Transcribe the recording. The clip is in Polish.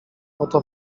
oto